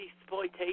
exploitation